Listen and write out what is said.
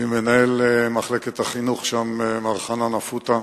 ועם מנהל מחלקת החינוך שם, מר חנן אפוטה,